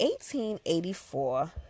1884